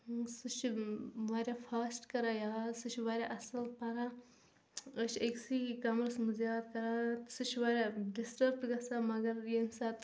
سُہ چھِ واریاہ فاسٹ کَران یاد سُہ چھِ واریاہ اَصٕل پَران أسۍ چھِ أکۍسٕے کَمرَس منٛز یاد کَران سُہ چھِ واریاہ ڈِسٹٔرٛب تہٕ گَژھان مگر ییٚمہِ ساتہٕ